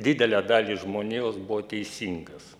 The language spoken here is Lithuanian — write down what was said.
didelę dalį žmonijos buvo teisingas